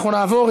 נעבור,